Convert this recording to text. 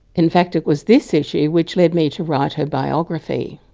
in fact, it was this issue which led me to write her biography.